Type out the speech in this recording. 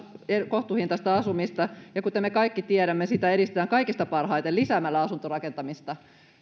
kohtuuhintaista asumista ja kuten me kaikki tiedämme sitä edistetään kaikista parhaiten lisäämällä asuntorakentamista